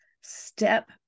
step